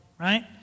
right